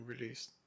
released